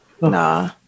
Nah